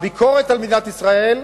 הביקורת על מדינת ישראל,